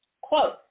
quote